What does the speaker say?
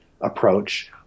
approach